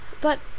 But